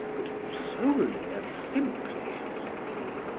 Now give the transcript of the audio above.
but solely and simply, said he,